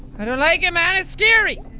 i don't like it man! it's scary!